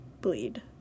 bleed